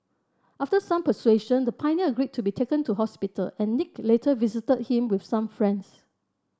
after some persuasion the pioneer agreed to be taken to hospital and Nick later visited him with some friends